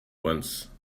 once